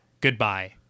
Goodbye